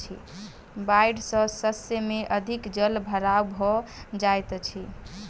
बाइढ़ सॅ शस्य में अधिक जल भराव भ जाइत अछि